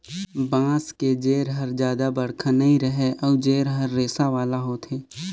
बांस के जेर हर जादा बड़रखा नइ रहें अउ जेर हर रेसा वाला होथे